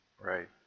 Right